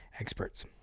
experts